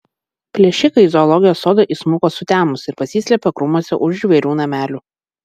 plėšikai į zoologijos sodą įsmuko sutemus ir pasislėpė krūmuose už žvėrių namelių